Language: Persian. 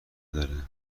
داره